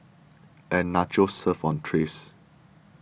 and Nachos served on trays